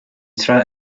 trying